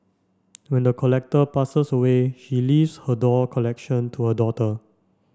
when the collector passes away she leaves her doll collection to her daughter